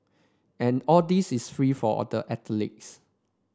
and all this is free for the athletes